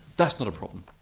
that's not a problem.